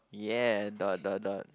yeah dot dot dot